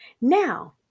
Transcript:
Now